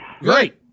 Great